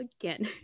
again